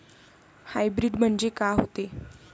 Hybrid म्हनजे का होते?